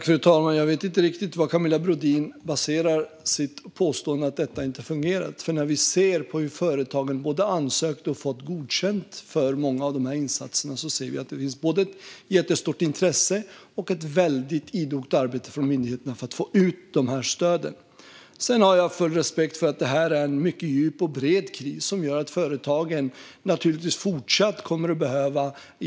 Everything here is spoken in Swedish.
Fru talman! Jag vet inte riktigt på vad Camilla Brodin baserar sitt påstående att detta inte fungerat. När vi ser på hur företagen både ansökt om och fått godkänt för många av dessa insatser ser vi att det finns både ett jättestort intresse och ett väldigt idogt arbete på myndigheterna för att få ut dessa stöd. Jag har full respekt för att detta är en mycket djup och bred kris som gör att företagen kommer att behöva hjälp även i fortsättningen.